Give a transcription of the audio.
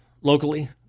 locally